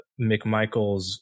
McMichaels